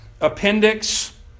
appendix